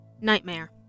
Nightmare